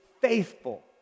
faithful